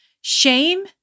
Shame